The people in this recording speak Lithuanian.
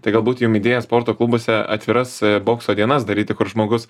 tai galbūt jum idėja sporto klubuose atviras bokso dienas daryti kad žmogus